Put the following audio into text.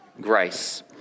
grace